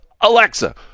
Alexa